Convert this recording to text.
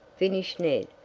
finished ned.